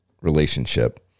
relationship